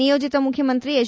ನಿಯೋಜಿತ ಮುಖ್ಯಮಂತ್ರಿ ಎಚ್